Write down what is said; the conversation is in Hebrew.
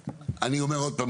אני אומר עוד פעם,